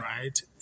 right